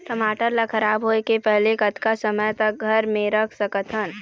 टमाटर ला खराब होय के पहले कतका समय तक घर मे रख सकत हन?